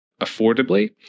affordably